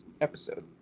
episode